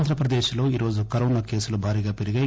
ఆంధ్రప్రదేశ్లో ఈ రోజు కరోనా కేసులు భారీగా పెరిగాయి